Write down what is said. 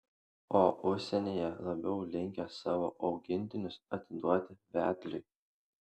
o užsienyje labiau linkę savo augintinius atiduoti vedliui